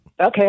Okay